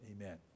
amen